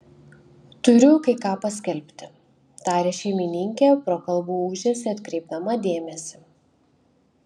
turiu kai ką paskelbti tarė šeimininkė pro kalbų ūžesį atkreipdama dėmesį